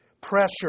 pressure